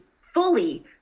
fully